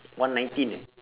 one nineteen eh